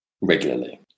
regularly